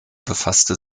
befasste